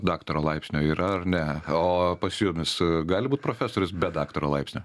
daktaro laipsnio yra ar ne o pas jumis gali būt profesorius be daktaro laipsnio